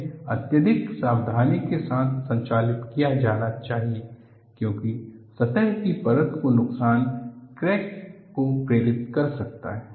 यह अत्यधिक सावधानी के साथ संचालित किया जाना चाहिए क्योंकि सतह की परत को नुकसान क्रैक को प्रेरित कर सकता है